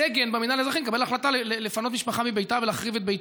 סגן במינהל האזרחי מקבל החלטה לפנות משפחה מביתה ולהחריב את ביתה,